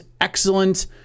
excellent